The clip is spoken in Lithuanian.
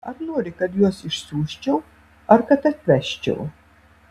ar nori kad juos išsiųsčiau ar kad atvežčiau